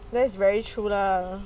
that's very true lah